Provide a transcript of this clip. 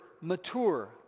mature